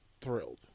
thrilled